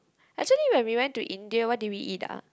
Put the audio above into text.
actually when we went to India what did we eat ah